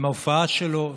עם ההופעה שלו,